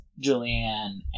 Julianne